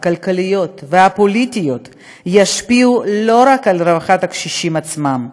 כלכליות ופוליטיות יהיו לא רק על רווחת הקשישים עצמם,